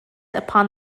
upon